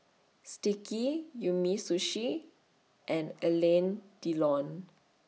Sticky Umisushi and Alain Delon